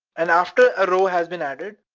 and after a row has been added,